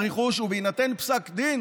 ובהינתן פסק דין